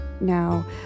now